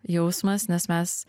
jausmas nes mes